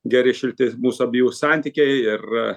geri šilti mūsų abiejų santykiai ir